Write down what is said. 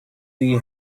the